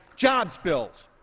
jobs bills.